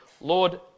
Lord